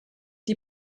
die